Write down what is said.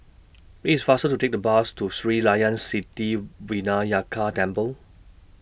IT IS faster to Take The Bus to Sri Layan City Vinayagar Temple